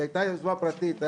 היתה יוזמה פרטית,